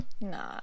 Nah